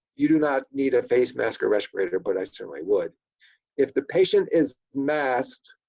you do not need a face mask or respirator. but i certainly would if the patient is masked